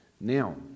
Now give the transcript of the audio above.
Now